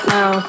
now